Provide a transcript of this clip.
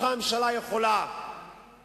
כי הקדנציה אמורה להיות